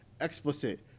explicit